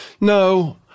No